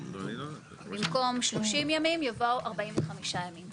במקום 30 ימים יבוא 45 ימים.